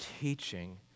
teaching